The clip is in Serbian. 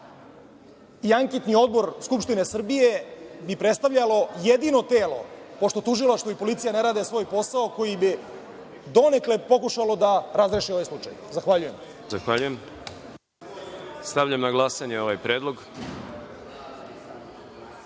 Anketni odbor Skupštine Srbije bi predstavljalo jedino telo, pošto tužilaštvo i policija ne rade svoj posao, koji bi donekle pokušalo da razreši ovaj slučaj. Zahvaljujem. **Đorđe Milićević** Zahvaljujem. Stavljam na glasanje ovaj